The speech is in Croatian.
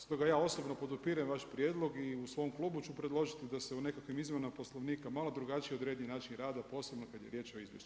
Stoga ja osobno podupirem vaš prijedlog i u svom klubu ću predložiti da se u nekakvim izmjenama Poslovnika malo drugačije odredi način rada posebno kada je riječ o izvješćima.